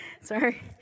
sorry